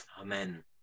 Amen